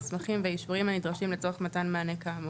מסמכים ואישורים הנדרשים לצורך מתן מענה כאמור.